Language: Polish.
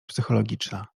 psychologiczna